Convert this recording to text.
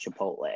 Chipotle